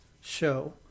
show